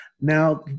now